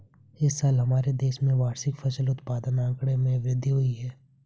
इस साल हमारे देश में वार्षिक फसल उत्पादन आंकड़े में वृद्धि हुई है